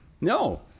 No